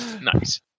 Nice